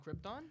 Krypton